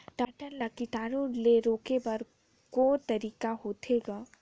टमाटर ला कीटाणु ले रोके बर को तरीका होथे ग?